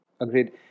agreed